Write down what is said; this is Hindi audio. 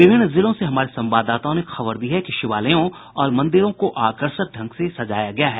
विभिन्न जिलों से हमारे संवाददाताओं ने खबर दी है कि शिवालायों और मंदिरों को आकर्षक ढंग से सजाया गया है